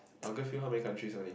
our girl fill how many countries only